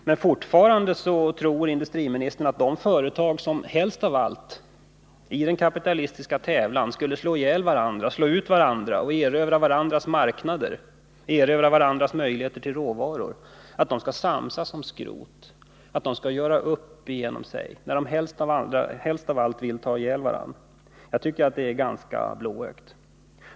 Men fortfarande tror industriministern att de företag som helst av allt skulle slå ut varandra i den kapitalistiska tävlan och erövra varandras möjligheter att få råvaror och varandras marknader skall samsas om skrot och göra upp mellan sig — när de helst av allt vill ha ihjäl varandra! Jag tycker att det är ganska blåögt.